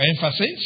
emphasis